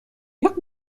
jak